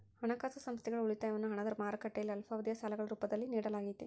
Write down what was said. ಹಣಕಾಸು ಸಂಸ್ಥೆಗಳು ಉಳಿತಾಯವನ್ನು ಹಣದ ಮಾರುಕಟ್ಟೆಯಲ್ಲಿ ಅಲ್ಪಾವಧಿಯ ಸಾಲಗಳ ರೂಪದಲ್ಲಿ ನಿಡಲಾಗತೈತಿ